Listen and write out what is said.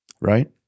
Right